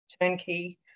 turnkey